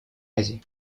азии